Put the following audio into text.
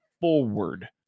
forward